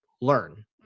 learn